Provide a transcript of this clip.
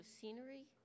scenery